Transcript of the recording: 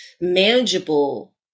manageable